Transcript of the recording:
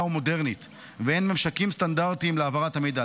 ומודרנית ואין ממשקים סטנדרטיים להעברת המידע.